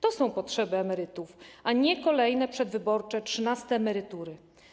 Takie są potrzeby emerytów, a nie kolejne przedwyborcze trzynaste emerytury.